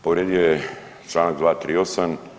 Povrijedio je članak 238.